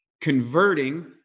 converting